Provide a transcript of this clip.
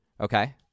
Okay